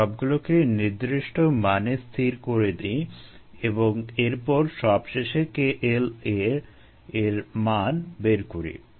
আমরা সবগুলোকে নির্দিষ্ট মানে স্থির করে দিই এবং এরপর সবশেষে KLa এর মান বের করি